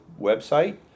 website